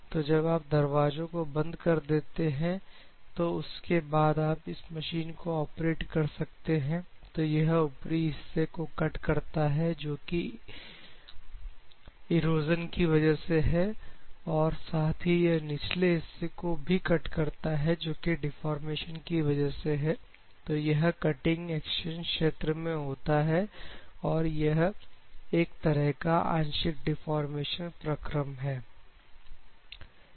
तो जब आप दरवाजों को बंद कर देते हैं तो उसके बाद आप इस मशीन को ऑपरेट कर सकते हैं तो यह ऊपरी हिस्से को कट करता है जो कि इरोजन की वजह से है और साथ ही यह निचले हिस्से को भी कट करता है जो कि डिफॉर्मेशन की वजह से है तो यह कटिंग एक्शन क्षेत्र में होता है और यह एक तरह का आंशिक डिफॉर्मेशन प्रक्रम है